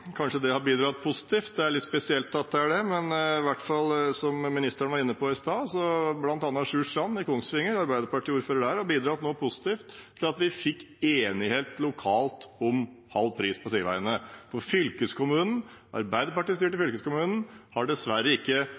kanskje det har bidratt positivt. Det er litt spesielt, men i hvert fall har, som ministeren var inne på i stad, bl.a. Sjur Strand, arbeiderpartiordføreren i Kongsvinger, bidratt positivt til at vi fikk enighet lokalt om halv pris på sideveiene. Den arbeiderpartistyrte fylkeskommunen har dessverre ikke